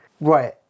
right